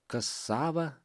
kas sava